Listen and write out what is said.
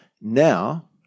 Now